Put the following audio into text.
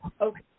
Okay